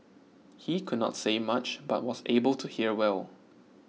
he could not say much but was able to hear well